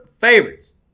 favorites